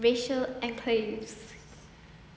racial enclaves